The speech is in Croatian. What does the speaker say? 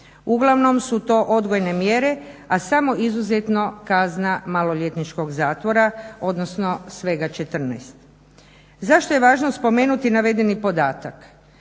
Uglavnom su to odgojne mjere, a samo izuzetno kazna maloljetničkog zatvora, odnosno svega 14. Zašto je važno spomenuti navedeni podatak?